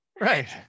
Right